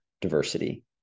diversity